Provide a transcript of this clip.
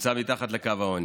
נמצא מתחת לקו העוני.